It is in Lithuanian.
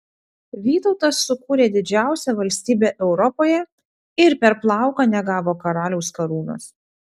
vytautas sukūrė didžiausią valstybę europoje ir per plauką negavo karaliaus karūnos